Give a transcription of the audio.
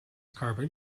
carbon